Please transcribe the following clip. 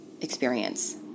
experience